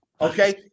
Okay